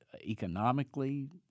Economically